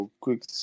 Quick